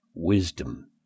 wisdom